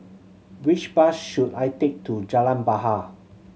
which bus should I take to Jalan Bahar